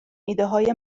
ایدههای